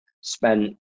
spent